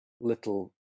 little